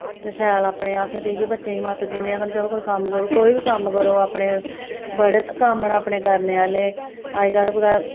ते शैल अपने असें ते इ'यां बच्चें ई मत्त दिन्ने कि चलो कम्म करो कोई कम्म करो कोई बी कम्म करो अपने बड़े कम्म न अपने करने आह्ले अजकल कुतै